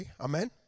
amen